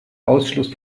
ausschluss